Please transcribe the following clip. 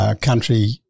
country